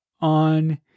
on